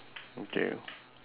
okay